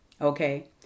Okay